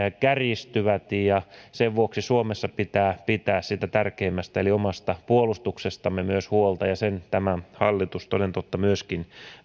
kärjistyvät ja sen vuoksi suomessa pitää myös pitää siitä tärkeimmästä eli omasta puolustuksestamme huolta ja sen tämä hallitus toden totta myöskin